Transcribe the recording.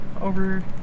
over